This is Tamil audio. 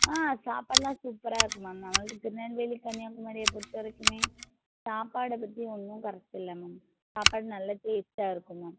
ஆ சாப்பாடெலாம் சூப்பராக இருக்கும் மேம் நம்மளுக்கு திருநெல்வேலி கன்னியாகுமரியை பொறுத்தவரைக்குமே சாப்பாடை பற்றி ஒன்றும் குறைச்ச இல்லை மேம் சாப்பாடு நல்ல டேஸ்ட்டாக இருக்கும் மேம்